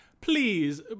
please